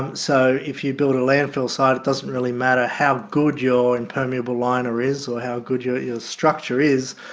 um so if you build a landfill site, it doesn't really matter how good your impermeable liner is, or how good your your structure is,